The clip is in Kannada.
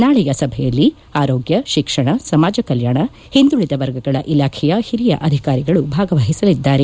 ನಾಳೆಯ ಸಭೆಯಲ್ಲಿ ಆರೋಗ್ಯ ಶಿಕ್ಷಣ ಸಮಾಜಕಲ್ಯಾಣ ಹಿಂದುಳಿದ ವರ್ಗಗಳ ಇಲಾಖೆಯ ಹಿರಿಯ ಅಧಿಕಾರಿಗಳು ಭಾಗವಹಿಸಲಿದ್ದಾರೆ